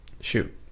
shoot